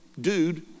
dude